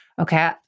Okay